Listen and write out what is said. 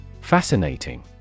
Fascinating